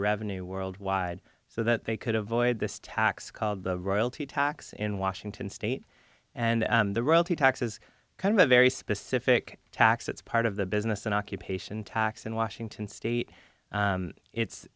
revenue worldwide so that they could avoid this tax called the royalty tax in washington state and the royalty taxes kind of a very specific tax that's part of the business an occupation tax in washington state it's